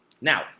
now